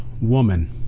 woman